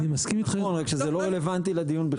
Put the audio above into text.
אני מסכים, רק שזה לא רלבנטי לדיון בכלל.